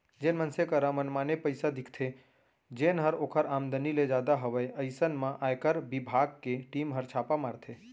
जेन मनसे करा मनमाने पइसा दिखथे जेनहर ओकर आमदनी ले जादा हवय अइसन म आयकर बिभाग के टीम हर छापा मारथे